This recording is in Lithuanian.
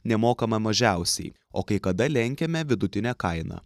nemokama mažiausiai o kai kada lenkiame vidutinę kainą